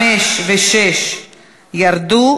1 ו-2 ירדו.